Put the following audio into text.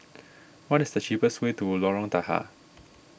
what is the cheapest way to Lorong Tahar